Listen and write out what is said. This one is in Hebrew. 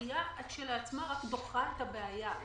הדחייה כשלעצמה רק דוחה את הבעיה.